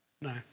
no